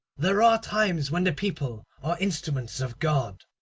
there are times when the people are instruments of god.